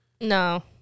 No